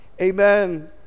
Amen